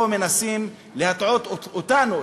פה מנסים להטעות אותנו,